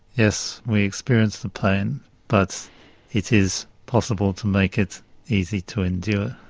yes, we experience the pain but it is possible to make it easy to endure.